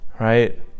Right